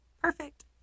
Perfect